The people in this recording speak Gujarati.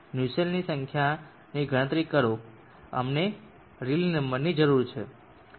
ન્યુસેલ્ટની સંખ્યાની ગણતરી કરો કે અમને રેલી નંબરની જરૂર છે